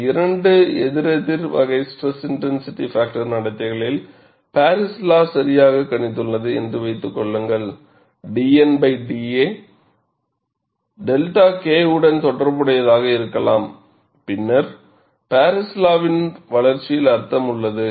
இந்த இரண்டு எதிரெதிர் வகை SIF நடத்தைகளில் பாரிஸ் லா சரியாக கணித்துள்ளது என்று வைத்துக் கொள்ளுங்கள் dN da 𝛅 K உடன் தொடர்புடையதாக இருக்கலாம் பின்னர் பாரிஸ் லாவின் வளர்ச்சியில் அர்த்தம் உள்ளது